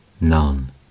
None